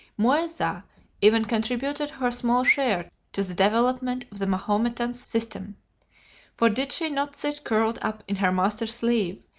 muezza even contributed her small share to the development of the mahometan system for did she not sit curled up in her master's sleeve,